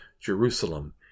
Jerusalem